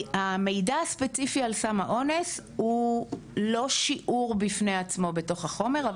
המידע הספציפי על סם האונס הוא לא שיעור בפני עצמו בתוך החומר,